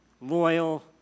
loyal